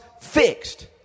fixed